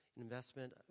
Investment